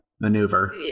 maneuver